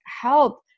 help